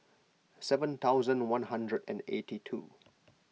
seven thousand one hundred and eighty two